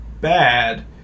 bad